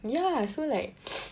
ya so like